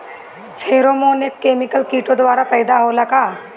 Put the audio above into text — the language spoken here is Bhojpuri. फेरोमोन एक केमिकल किटो द्वारा पैदा होला का?